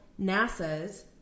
NASA's